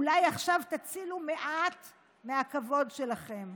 אולי עכשיו תצילו מעט מהכבוד שלכם.